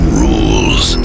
rules